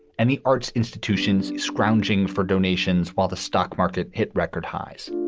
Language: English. and the arts institutions scrounging for donations while the stock market hit record highs